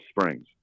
Springs